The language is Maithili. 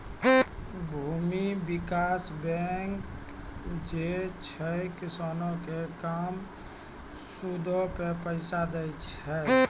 भूमि विकास बैंक जे छै, किसानो के कम सूदो पे पैसा दै छे